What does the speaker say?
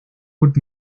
would